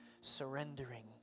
surrendering